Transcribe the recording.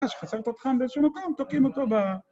פשוט חסרת אותך באיזשהו מקום, תוקעים אותו ב...